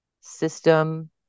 system